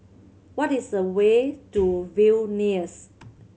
what is the way to Vilnius